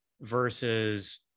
versus